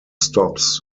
stops